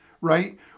right